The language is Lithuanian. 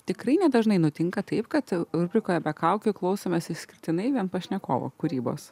tikrai nedažnai nutinka taip kad rubrikoje be kaukių klausomės išskirtinai vien pašnekovo kūrybos